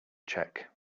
check